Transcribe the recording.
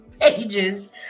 pages